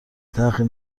تحقیر